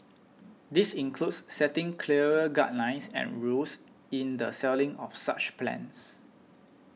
this includes setting clearer guidelines and rules in the selling of such plans